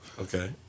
Okay